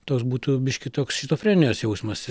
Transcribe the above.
toks būtų biškį toks šizofrenijos jausmas